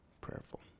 Prayerful